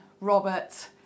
Robert